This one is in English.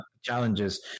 challenges